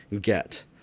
get